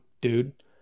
dude